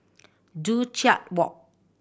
Joo Chiat Walk